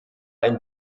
ein